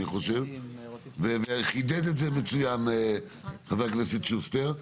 חושב וחידד את זה מצוין חבר הכנסת שוסטר.